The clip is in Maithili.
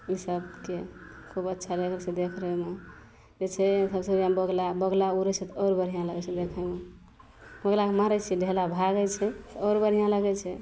ओसबके खूब अच्छा लगै छै देखैमे जे छै सबसे बढ़िआँ बगुला बगुला उड़ै छै तऽ आओर बढ़िआँ लगै छै देखैमे बगुलाके मारै छै ढेला भागै छै तऽ आओर बढ़िआँ लगै छै